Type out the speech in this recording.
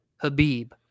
Habib